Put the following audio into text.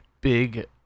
big